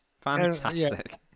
Fantastic